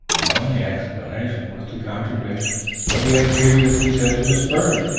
his only explanation was to contradict what he had previously said to miss byrne.